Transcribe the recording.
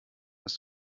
hast